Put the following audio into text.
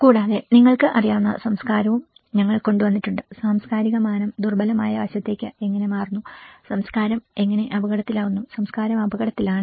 കൂടാതെ നിങ്ങൾക്ക് അറിയാവുന്ന സംസ്കാരവും ഞങ്ങൾ കൊണ്ടുവന്നിട്ടുണ്ട് സാംസ്കാരിക മാനം ദുർബലമായ വശത്തേക്ക് എങ്ങനെ മാറുന്നു സംസ്കാരം എങ്ങനെ അപകടത്തിലാകുന്നുസംസ്കാരം അപകടത്തിലാണ്